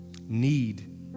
need